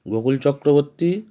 Gokul Chakraborty